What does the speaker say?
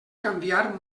canviar